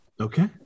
Okay